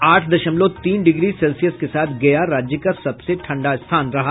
आठ दशमलव तीन डिग्री सेल्सियस के साथ गया राज्य का सबसे ठंडा स्थान रहा